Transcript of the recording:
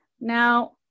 Now